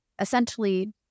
essentially